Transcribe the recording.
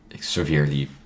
severely